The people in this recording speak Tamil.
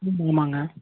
ம் ஆமாங்க